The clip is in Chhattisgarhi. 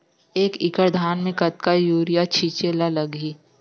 एक एकड़ धान में कतका यूरिया छिंचे ला लगही?